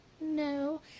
No